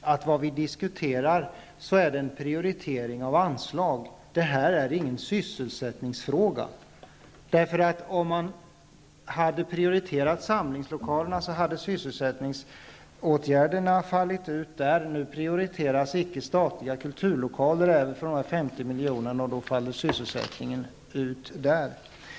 att vi nu diskuterar en prioritering av anslag. Det här är ingen sysselsättningsfråga. Om man hade prioriterat samlingslokalerna så hade sysselsättningsåtgärderna fallit ut. Nu prioriteras icke-statliga kulturlokaler för 50 miljoner och då faller sysselsättningen ut där.